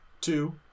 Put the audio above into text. two